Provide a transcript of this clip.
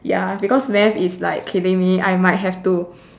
ya because math is like killing me I might have to